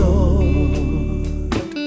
Lord